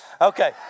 okay